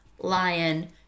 lion